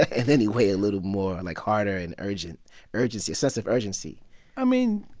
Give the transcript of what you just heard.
ah in any way, a little more like, harder and urgent urgency, a sense of urgency i mean,